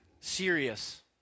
serious